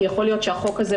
כי יכול להיות שהחוק הזה,